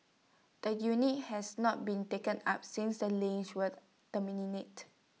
the unit has not been taken up since the lease was terminated